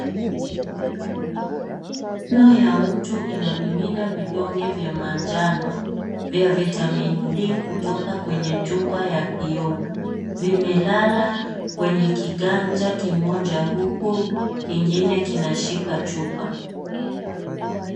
Mikono ya mtu inamimina vidonge vya manjano, vya Vitamin D kutoka kwenye chupa ya kioo. Vimelala kwenye kiganja kimoja huku kingine kinashika chupa.